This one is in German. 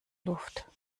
luft